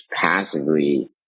passively